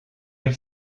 elle